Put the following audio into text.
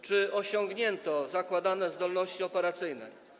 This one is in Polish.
Czy osiągnięto zakładane zdolności operacyjne?